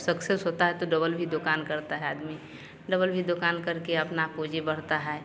success होता है तो डबल भी दुकान करता है आदमी डबल भी दुकान करके अपना पूंजी बढ़ता है